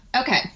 Okay